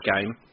game